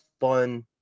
fun